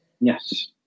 Yes